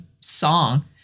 song